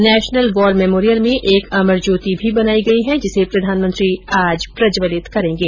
national War Memorial में एक अमर ज्योति भी बनाई गई है जिसे प्रधानमंत्री आज प्रज्वलित करेंगे